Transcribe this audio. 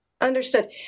Understood